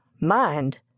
Mind